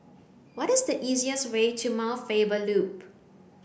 what is the easiest way to Mount Faber Loop